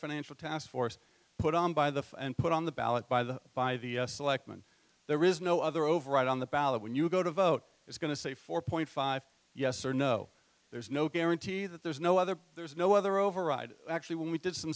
financial taskforce put on by the and put on the ballot by the by the selectmen there is no other override on the ballot when you go to vote it's going to say four point five yes or no there's no guarantee that there's no other there's no other override actually when we did some